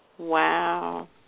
Wow